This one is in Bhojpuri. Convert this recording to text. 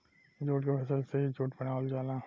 जूट के फसल से ही जूट बनावल जाला